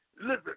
listen